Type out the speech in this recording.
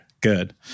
Good